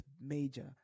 major